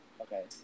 okay